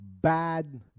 bad